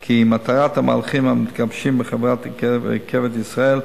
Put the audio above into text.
כי מטרת המהלכים המתגבשים בחברת "רכבת ישראל",